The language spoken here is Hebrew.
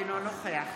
אינו נוכח